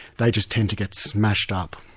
they just tend to get smashed up.